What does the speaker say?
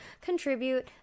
contribute